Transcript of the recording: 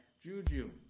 Juju